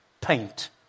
paint